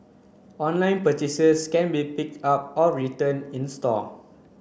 online purchases can be picked up or return in store